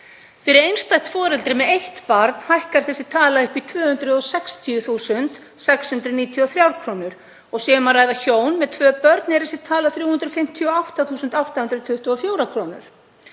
Fyrir einstætt foreldri með eitt barn hækkar þessi tala upp í 260.693 kr. og sé um að ræða hjón með tvö börn er talan 358.824 kr.